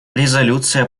резолюция